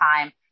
time